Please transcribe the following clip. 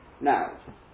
Now